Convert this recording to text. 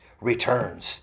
returns